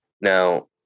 now